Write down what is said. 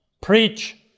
preach